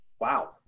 Wow